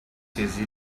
saisi